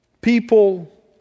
people